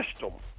system